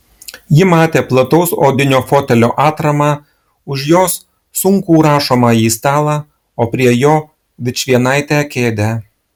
ji matė plataus odinio fotelio atramą už jos sunkų rašomąjį stalą o prie jo vičvienaitę kėdę